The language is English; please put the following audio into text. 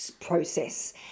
process